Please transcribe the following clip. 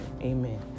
amen